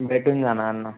भेटून जाणार ना